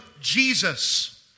Jesus